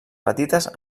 petites